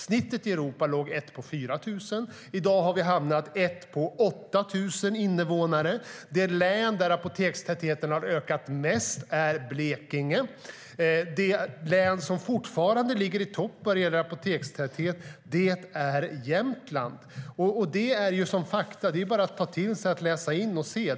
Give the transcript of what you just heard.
Snittet i Europa låg på ett per 4 000.I dag har vi ett apotek per 8 000 invånare. Det län där apotekstätheten har ökat mest är Blekinge. Det län som fortfarande ligger i topp när det gäller apotekstäthet är Jämtland. Det är fakta. Det är bara att ta till sig och läsa in och se.